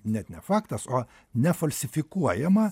net ne faktas o ne falsifikuojama